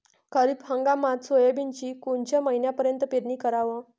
खरीप हंगामात सोयाबीनची कोनच्या महिन्यापर्यंत पेरनी कराव?